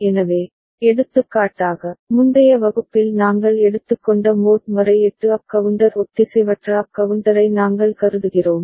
எனவே எடுத்துக்காட்டாக முந்தைய வகுப்பில் நாங்கள் எடுத்துக்கொண்ட மோட் 8 அப் கவுண்டர் ஒத்திசைவற்ற அப் கவுண்டரை நாங்கள் கருதுகிறோம்